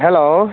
hello